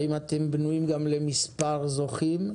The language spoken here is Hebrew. האם אתם בנויים גם למספר זוכים?